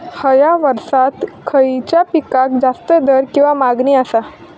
हया वर्सात खइच्या पिकाक जास्त दर किंवा मागणी आसा?